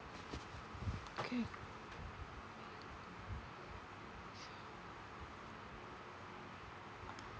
okay